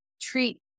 treat